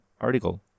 article